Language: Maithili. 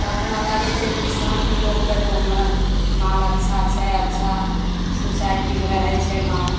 तऽ अपना लगैत छै किसानभी लोककेँ जे हमरा माल अच्छा छै अच्छा सुसाइटीमे रहैत छै माल